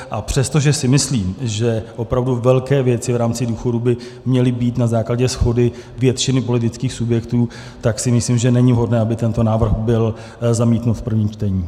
A přestože si myslím, že opravdu velké věci v rámci důchodů by měly být na základě shody většiny politických subjektů, tak si myslím, že není vhodné, aby tento návrh byl zamítnut v prvním čtení.